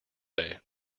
day